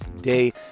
day